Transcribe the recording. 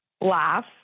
laugh